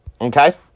Okay